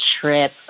trip